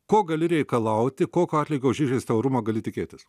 ko gali reikalauti kokio atlygio už įžeistą orumą gali tikėtis